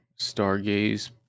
Stargaze